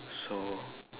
so